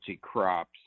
crops